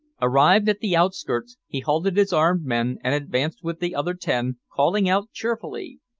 arrived at the outskirts, he halted his armed men, and advanced with the other ten, calling out cheerfully,